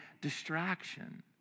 distraction